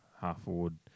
half-forward